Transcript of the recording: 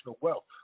wealth